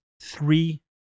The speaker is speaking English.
three